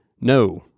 No